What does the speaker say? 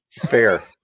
fair